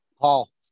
Paul